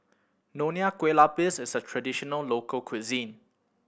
Nonya Kueh Lapis is a traditional local cuisine